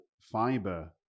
fiber